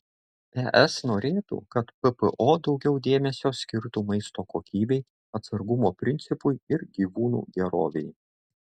es norėtų kad ppo daugiau dėmesio skirtų maisto kokybei atsargumo principui ir gyvūnų gerovei